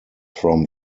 from